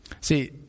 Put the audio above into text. See